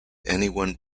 anyone